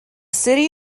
city